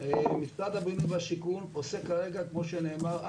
משרד הבינוי והשיכון עושה כרגע כמו שנאמר,